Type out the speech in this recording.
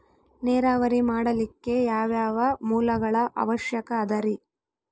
ನೇರಾವರಿ ಮಾಡಲಿಕ್ಕೆ ಯಾವ್ಯಾವ ಮೂಲಗಳ ಅವಶ್ಯಕ ಅದರಿ?